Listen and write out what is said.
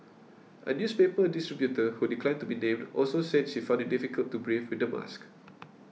a newspaper distributor who declined to be named also said she found it difficult to breathe with the mask